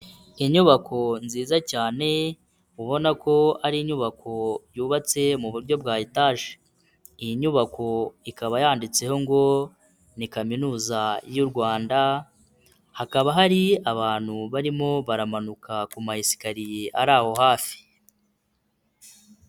Inyubako nziza cyane ubona ko ari inyubako yubatse mu buryo bwa etaje, iyi nyubako ikaba yanditseho ngo ni kaminuza y'u Rwanda, hakaba hari abantu barimo baramanuka ku mayesikariye ari aho hafi.